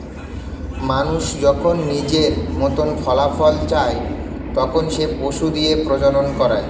মানুষ যখন নিজের মতন ফলাফল চায়, তখন সে পশু দিয়ে প্রজনন করায়